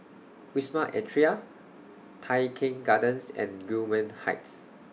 Wisma Atria Tai Keng Gardens and Gillman Heights